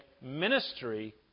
ministry